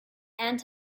and